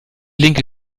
linke